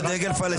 זה דגל פלסטין.